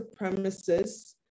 supremacists